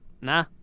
nah